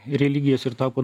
religijas ir tapo